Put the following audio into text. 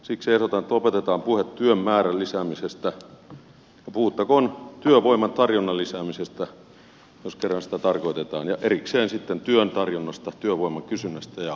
siksi ehdotan että lopetetaan puhe työn määrän lisäämisestä ja puhuttakoon työvoiman tarjonnan lisäämisestä jos kerran sitä tarkoitetaan ja erikseen sitten työn tarjonnasta työvoiman kysynnästä ja niin edelleen